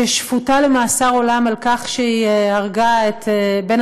ששפוטה למאסר עולם על כך שהרגה את בן